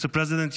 Mr. President,